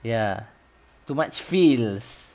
ya too much feels